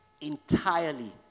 Entirely